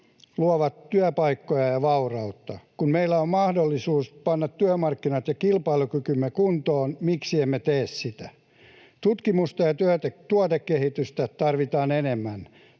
luovat työpaikkoja ja vaurautta. Kun meillä on mahdollisuus panna työmarkkinat ja kilpailukykymme kuntoon, miksi emme tee sitä? Tutkimusta ja tuotekehitystä tarvitaan enemmän.